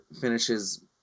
finishes